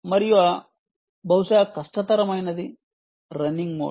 మరియు బహుశా కష్టతరమైనది రన్నింగ్ మోడ్